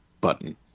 Button